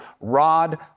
Rod